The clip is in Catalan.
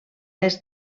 est